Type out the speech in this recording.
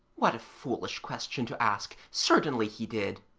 what a foolish question to ask certainly he did